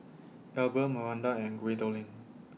Albion Maranda and Gwendolyn